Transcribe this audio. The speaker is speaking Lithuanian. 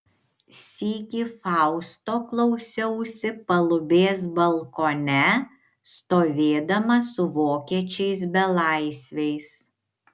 sykį fausto klausiausi palubės balkone stovėdama su vokiečiais belaisviais